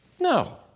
No